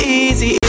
easy